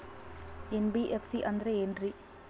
NBFC ಅಂದ್ರ ಏನ್ರೀ?